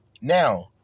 Now